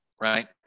right